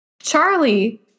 Charlie